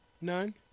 None